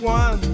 one